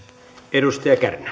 arvoisa